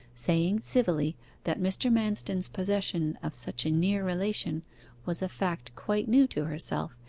saying civilly that mr. manston's possession of such a near relation was a fact quite new to herself,